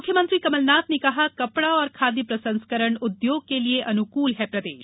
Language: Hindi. मुख्यमंत्री कमलनाथ ने कहा कपड़ा और खाद्य प्रसंस्करण उद्योग के लिए अनुकूल है प्रदेश